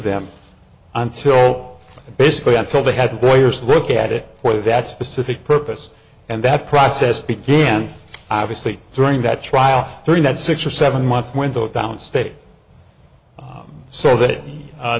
them until basically until they had the boyers look at it for that specific purpose and that process began obviously during that trial thirteen that six or seven month window down state so that